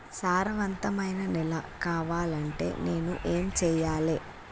సారవంతమైన నేల కావాలంటే నేను ఏం చెయ్యాలే?